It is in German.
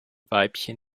weibchen